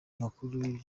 amakuru